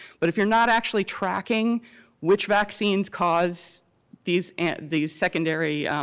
but if you're not actually tracking which vaccines cause these and these secondary